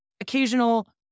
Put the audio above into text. occasional